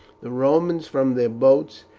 the romans, from their boats,